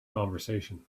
conversation